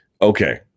Okay